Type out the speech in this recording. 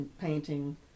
painting